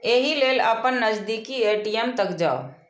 एहि लेल अपन नजदीकी ए.टी.एम तक जाउ